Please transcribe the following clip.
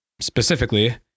specifically